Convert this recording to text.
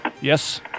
Yes